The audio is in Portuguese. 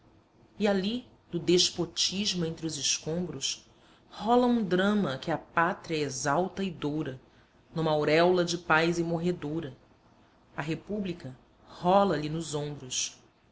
ali do despotismo entre os escombros rola um drama que a pátria exalça e doura numa auréola de paz imorredoura a república rola lhe nos ombros